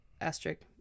asterisk